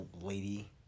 lady